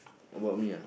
about me ah